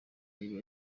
iba